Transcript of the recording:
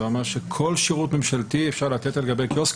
זה אומר שכל שירות ממשלתי אפשר לתת על גבי קיוסק,